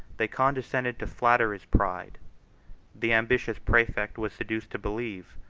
they condescended to flatter his pride the ambitious praefect was seduced to believe,